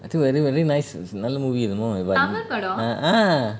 I think very very nice நல்ல:nalla movie ah